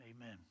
Amen